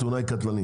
התאונה היא קטלנית.